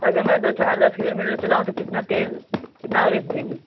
अगर मैं दो चार दस किलोमीटर चलाऊँ तो कितना तेल कितना अवरज देगी